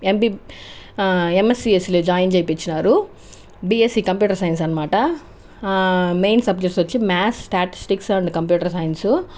MP ఎంఎస్సిఎస్లో join చేపించారు BSc computer science అన్నమాట మెయిన్ సబ్జక్ట్స్ వచ్చి maths statistics and computer science